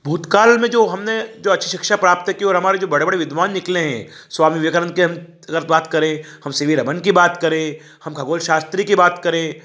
भूतकाल में जो हमने जो अच्छी शिक्षा प्राप्त की और हमारे जो बड़े बड़े विद्वान निकले हैं स्वामी विवेकानंद की हम अगर बात करें हम सी वी रमन की बात करें हम खगोल शास्त्री की बात करें